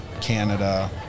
Canada